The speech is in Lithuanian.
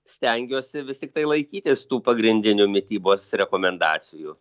stengiuosi vis tiktai laikytis tų pagrindinių mitybos rekomendacijų